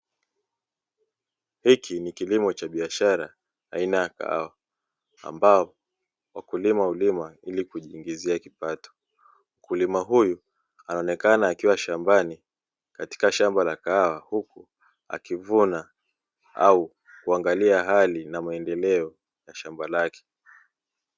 Hiki ni kilimo cha biashara aina ya kahawa, ambao wakulima hulima ili kujiingizia kipato. Mkulima huyu anaonekana akiwa shambani katika shamba la kahawa, huku akivuna au kuangalia hali na muendeleo wa shamba lake.